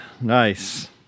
Nice